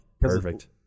perfect